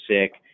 sick